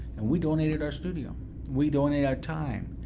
and we donated our studio we donated our time.